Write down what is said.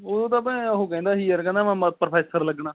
ਉਦੋਂ ਤਾਂ ਭੈ ਉਹ ਕਹਿੰਦਾਂ ਸੀ ਯਾਰ ਕਹਿੰਦਾ ਮੈਂ ਮ ਪ੍ਰੋਫੈਸਰ ਲੱਗਣਾ